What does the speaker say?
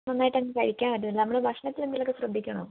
നന്നായിട്ട് തന്നെ കഴിക്കാൻ പറ്റുവോ നമ്മൾ ഭക്ഷണത്തിൽ എന്തെങ്കിലും ശ്രദ്ധിക്കണോ